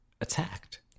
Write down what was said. attacked